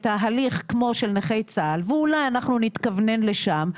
ההליך כמו של נכי צה"ל ואולי אנחנו נתכוונן לשם,